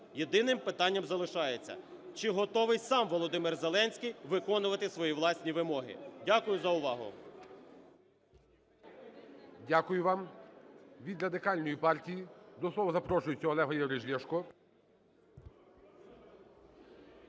Єдиним питанням залишається, чи готовий сам Володимир Зеленський виконувати свої власні вимоги. Дякую за увагу. ГОЛОВУЮЧИЙ. Дякую вам. Від Радикальної партії до слова запрошується Олег Валерійович Ляшко.